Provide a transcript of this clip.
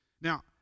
Now